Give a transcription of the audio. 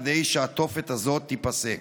כדי שהתופת הזאת תיפסק.